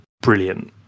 brilliant